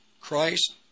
Christ